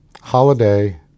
Holiday